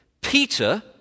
Peter